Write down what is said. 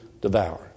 devour